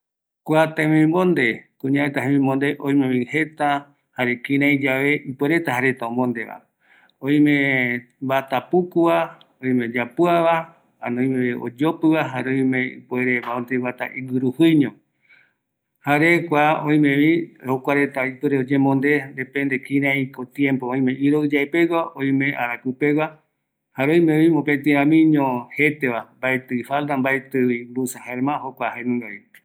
Kuñareta jembibonde öimevi jeta oyoavɨ, jaeko mbaepeguarava, öime bata puku, bata rapua, oime oyopɨ va, jare öimevi iguirujuiñova, omondereta öime yave araku, iroɨ, jukuraï öime jeta